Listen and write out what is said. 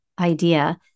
idea